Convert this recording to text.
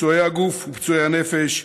פצועי הגוף ופצועי הנפש,